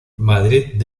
madrid